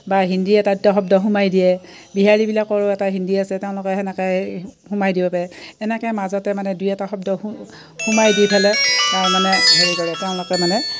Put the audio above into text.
বা হিন্দী এটা দুটা শব্দ সোমাই দিয়ে বিহাৰিবিলাকৰো এটা হিন্দী আছে তেওঁলোকে তেনেকৈ সোমাই দিব পাৰে এনেকৈ মাজতে মানে দুই এটা শব্দ সোমাই দি পেলাই তাৰ মানে হেৰি কৰে তেওঁলোকে মানে